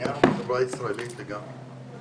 העניין הוא בחברה הישראלית לגמרי.